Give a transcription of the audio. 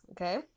okay